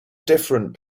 different